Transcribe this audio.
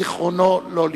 זיכרונו לא לברכה.